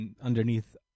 underneath